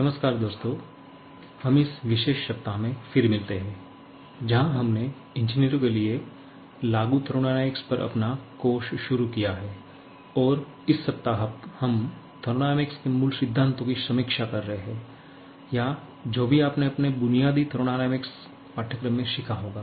नमस्कार दोस्तों हम इस विशेष सप्ताह में फिर मिलते हैं जहां हमने इंजीनियरों के लिए लागू थर्मोडायनामिक्स पर अपना कोर्स शुरू किया है और इस सप्ताह हम थर्मोडायनामिक्स के मूल सिद्धांतों की समीक्षा कर रहे हैं या जो भी आपने अपने बुनियादी थर्मोडायनामिक्स पाठ्यक्रम में सीखा होगा